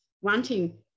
wanting